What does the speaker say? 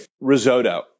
Risotto